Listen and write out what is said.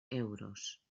euros